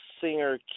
singer